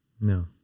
No